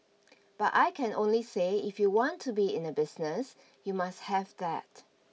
but I can only say if you want to be in the business you must have that